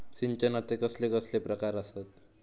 सिंचनाचे कसले कसले प्रकार आसत?